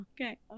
Okay